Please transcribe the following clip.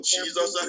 Jesus